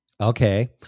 Okay